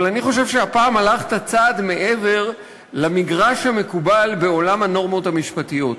אבל אני חושב שהפעם הלכת צעד מעבר למגרש המקובל בעולם הנורמות המשפטיות.